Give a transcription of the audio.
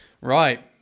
Right